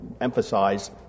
emphasize